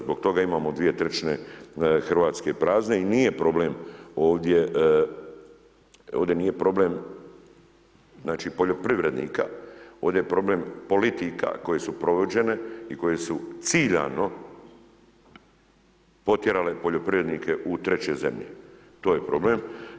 Zbog toga imamo dvije trećine Hrvatske prazne i nije problem ovdje, ovdje nije problem, znači poljoprivrednika, ovdje je problem politika koje su provođene i koje su ciljano potjerale poljoprivrednike u treće zemlje, to je problem.